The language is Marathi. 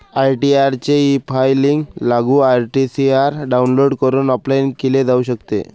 आई.टी.आर चे ईफायलिंग लागू आई.टी.आर डाउनलोड करून ऑफलाइन केले जाऊ शकते